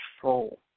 control